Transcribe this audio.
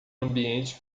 ambiente